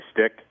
stick